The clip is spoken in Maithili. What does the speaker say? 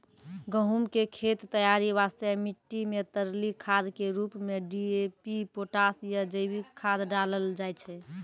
गहूम के खेत तैयारी वास्ते मिट्टी मे तरली खाद के रूप मे डी.ए.पी पोटास या जैविक खाद डालल जाय छै